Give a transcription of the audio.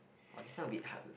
!woah! this one a bit hard leh